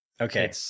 Okay